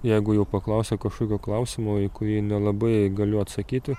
jeigu jau paklausė kažkokio klausimo į kurį nelabai galiu atsakyti